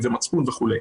מצפון וכו'.